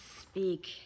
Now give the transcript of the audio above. speak